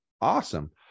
Awesome